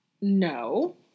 No